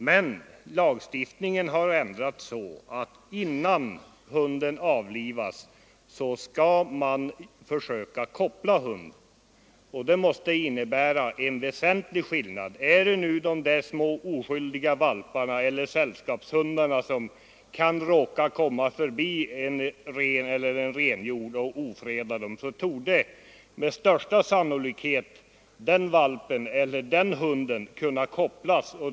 Men lagstiftningen har ändrats så att man innan hunden avlivats skall göra försök att koppla den, och det måste innebära en väsentlig skillnad. Är det fråga om oskyldiga valpar eller sällskapshundar, som råkar komma förbi en ren eller en renhjord och ofredar den, torde de med största sannolikhet kunna kopplas.